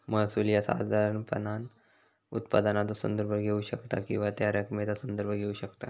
महसूल ह्या साधारणपणान उत्पन्नाचो संदर्भ घेऊ शकता किंवा त्या रकमेचा संदर्भ घेऊ शकता